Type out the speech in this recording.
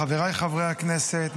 חבריי חברי הכנסת,